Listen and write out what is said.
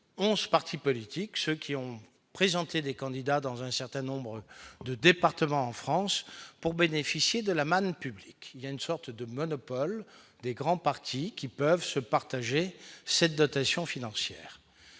11 partis politiques, ceux qui ont présenté des candidats dans un certain nombre de départements en France pour bénéficier de la manne publique, il y a une sorte de monopole des grands partis qui peuvent se partager cette dotation financière